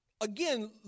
Again